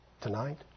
tonight